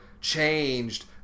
changed